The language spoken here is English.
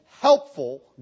helpful